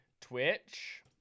Twitch